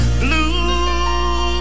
blue